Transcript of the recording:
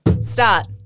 Start